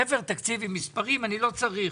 ספר תקציב עם מספרים אני לא צריך.